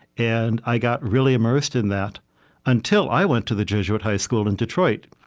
and i got really immersed in that until i went to the jesuit high school in detroit.